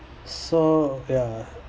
so ya